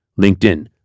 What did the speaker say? LinkedIn